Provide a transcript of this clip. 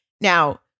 Now